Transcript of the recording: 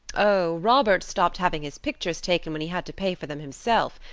oh, robert stopped having his pictures taken when he had to pay for them himself!